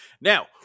Now